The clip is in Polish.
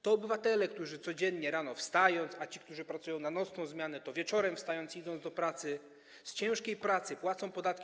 To obywatele, którzy codziennie rano wstając, a ci którzy pracują na nocną zmianę, to wieczorem wstając, idą do pracy, z ciężkiej pracy płacą podatki.